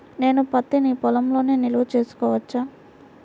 నేను పత్తి నీ పొలంలోనే నిల్వ చేసుకోవచ్చా?